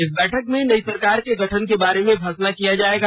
इस बैठक में नई सरकार के गठन के बारे में फैसला किया जाएगा